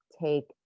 take